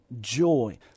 joy